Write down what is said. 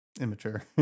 immature